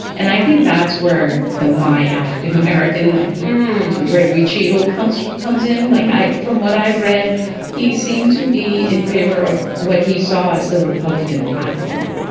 and i think that's where the my african-american that he gregory cheadle comes comes in. like from what i've read he seemed to be in favor of what he saw as the republican platform.